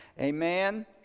Amen